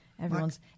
Everyone's